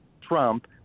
Trump